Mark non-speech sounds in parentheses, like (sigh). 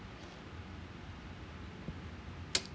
(noise)